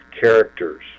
characters